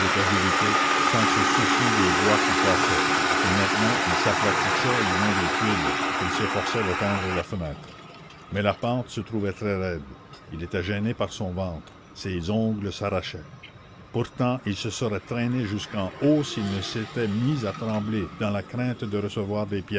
sans se soucier des bois qui cassaient et maintenant il s'aplatissait le long des tuiles il s'efforçait d'atteindre la fenêtre mais la pente se trouvait très raide il était gêné par son ventre ses ongles s'arrachaient pourtant il se serait traîné jusqu'en haut s'il ne s'était mis à trembler dans la crainte de recevoir des